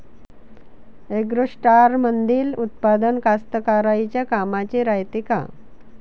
ॲग्रोस्टारमंदील उत्पादन कास्तकाराइच्या कामाचे रायते का?